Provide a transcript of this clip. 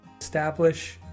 establish